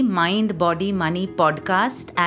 mindbodymoneypodcast